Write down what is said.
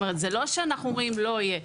זה לא שאנחנו אומרים שלא יהיה,